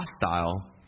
hostile